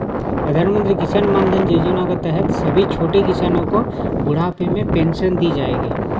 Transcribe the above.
प्रधानमंत्री किसान मानधन योजना के तहत सभी छोटे किसानो को बुढ़ापे में पेंशन दी जाएगी